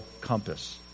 compass